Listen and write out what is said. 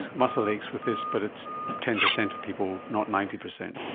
muscle aches with this but it's ten percent of people, not ninety percent.